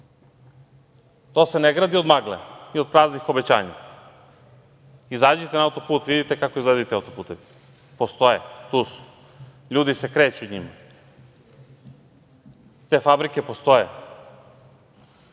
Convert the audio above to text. To se ne gradi od magle i od praznih obećanja. Izađite na autoput, vidite kako izgledaju ti autoputevi, postoje, tu su. Ljudi se kreću njima. Te fabrike postoje.